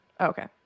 Okay